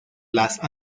las